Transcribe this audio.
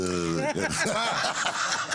זאת תקווה.